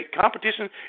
competition